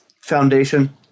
Foundation